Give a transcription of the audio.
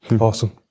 Awesome